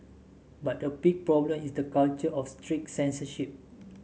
but the big problem is the culture of strict censorship